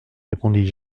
répondis